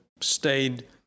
stayed